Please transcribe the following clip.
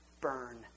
burn